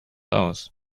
aus